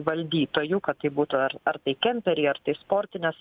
valdytojų kad tai būtų ar ar tai kemperiai ar tai sportinės